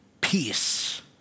peace